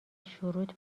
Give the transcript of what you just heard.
شروط